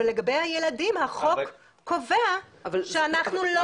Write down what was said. אבל לגבי הילדים החוק קובע שאנחנו לא